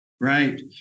Right